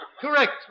correct